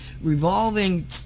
revolving